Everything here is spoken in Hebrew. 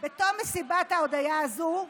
בתום מסיבת ההודיה הזו,